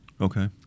Okay